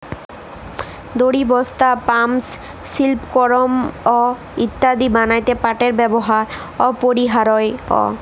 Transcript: দড়ি, বস্তা, পাপস, সিল্পকরমঅ ইত্যাদি বনাত্যে পাটের ব্যেবহার অপরিহারয অ